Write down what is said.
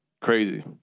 crazy